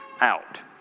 out